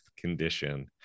condition